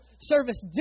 service